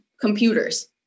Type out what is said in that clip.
computers